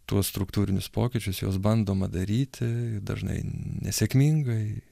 tuos struktūrinius pokyčius juos bandoma daryti dažnai nesėkmingai